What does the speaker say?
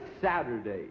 Saturday